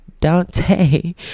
Dante